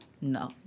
No